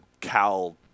Cal